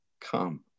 come